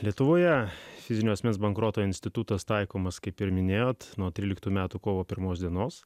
lietuvoje fizinio asmens bankroto institutas taikomas kaip ir minėjote nuo tryliktų metų kovo pirmos dienos